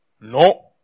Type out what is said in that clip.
No